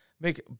make